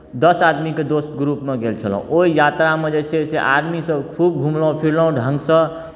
दस आदमीके दोस्त ग्रुपमे गेल छलहुँ ओ यात्रामे जे छै से आदमीसभ खूब घुमलहुँ फिरलहुँ ढङ्गसँ